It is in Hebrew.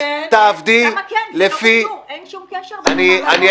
את תעבדי לפי --- אין שום קשר בין --- גברתי,